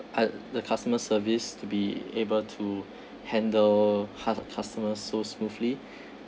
uh the customer service to be able to handle cus~ customers so smoothly